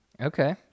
Okay